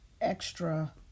extra